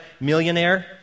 millionaire